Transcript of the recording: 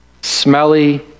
smelly